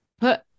put